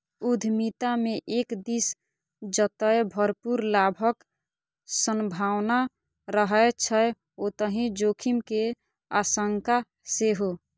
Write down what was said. उद्यमिता मे एक दिस जतय भरपूर लाभक संभावना रहै छै, ओतहि जोखिम के आशंका सेहो